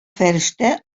фәрештә